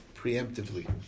preemptively